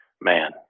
man